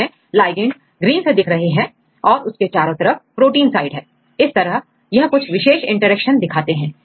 चित्र में ligand green से दिख रहे हैं और उसके चारों तरफ प्रोटीन साइड है इस तरह यह कुछ विशेष इंटरेक्शन दिखाते हैं